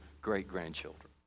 great-grandchildren